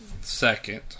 second